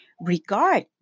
regard